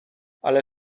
ale